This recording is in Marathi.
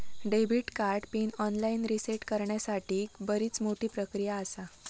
debit card PIN online reset करण्यासाठीक बरीच मोठी प्रक्रिया आसा